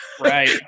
Right